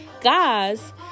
guys